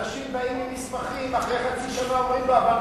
אנשים באים עם מסמכים ואחרי חצי שנה אומרים להם,